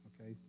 okay